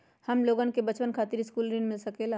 हमलोगन के बचवन खातीर सकलू ऋण मिल सकेला?